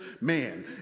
man